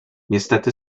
niestety